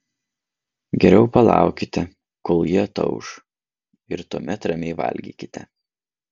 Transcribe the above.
geriau palaukite kol ji atauš ir tuomet ramiai valgykite